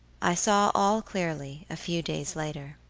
i saw all clearly a few days later.